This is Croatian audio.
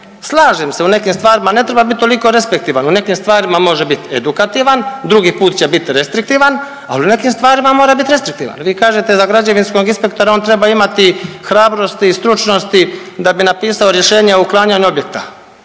slažem se u nekim stvarima ne treba biti toliko respektivan, u nekim stvarima može biti edukativan, drugi put će biti restriktivan, ali u nekim stvarima mora biti restriktivan. Vi kažete da građevinskog inspektora on treba imati hrabrosti i stručnosti da bi napisao rješenje o uklanjanju objekta.